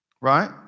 right